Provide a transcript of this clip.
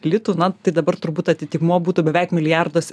litų na tai dabar turbūt atitikmuo būtų beveik milijardas